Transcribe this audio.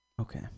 Okay